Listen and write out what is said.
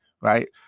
right